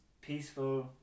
peaceful